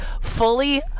fully